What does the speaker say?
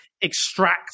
extract